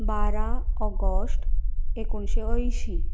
बारा ऑगश्ट एकुणशें अयशीं